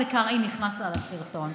הינה קרעי נכנס לה לסרטון.